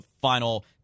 final